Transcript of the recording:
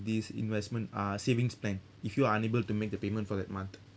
these investments uh savings plan if you are unable to make the payment for that month